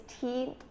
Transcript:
tea